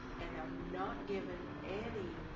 and i'm not giving any